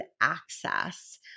access